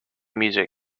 music